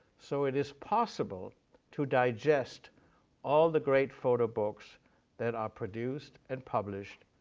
so it is possible to digest all the great photo books that are produced and published.